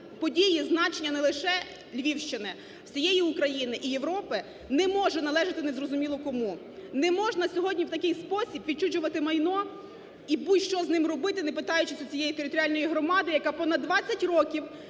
події значення не лише Львівщини, всієї України і Європи, не може належати незрозуміло кому. Не можна сьогодні в такий спосіб відчужувати майно і будь-що з ним робити, не питаючи цієї територіальної громади, яка понад 20 років